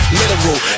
literal